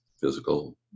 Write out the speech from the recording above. physical